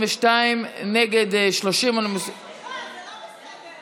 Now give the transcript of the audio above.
22, נגד, 30. אני מוסיפה, סליחה, זה לא בסדר.